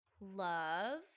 love